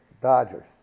Dodgers